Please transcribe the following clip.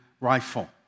rifle